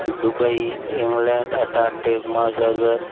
Dubai England Antarctic Mahasagar